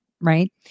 right